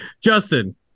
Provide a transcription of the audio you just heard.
Justin